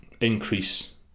increase